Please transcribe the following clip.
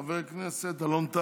חבר הכנסת אלון,